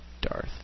Darth